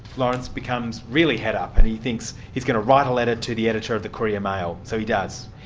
lawrence becomes really het up and he thinks he's going to write a letter to the editor of the courier mail, so he does.